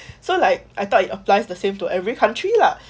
so like I thought it applies the same to every country lah